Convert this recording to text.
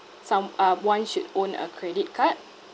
some uh one should own a credit card